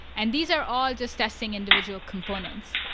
and these are all just testing individual components.